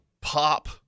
pop